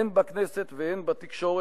הן בכנסת והן בתקשורת,